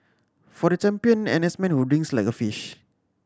for the champion N S man who drinks like a fish